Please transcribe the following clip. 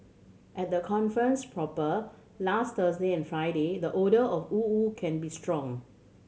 at the conference proper last Thursday and Friday the odour of woo woo can be strong